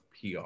PR